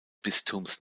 bistums